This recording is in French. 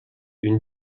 une